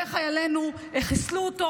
וחיילינו חיסלו אותו,